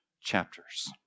chapters